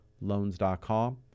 loans.com